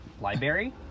Library